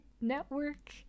network